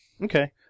Okay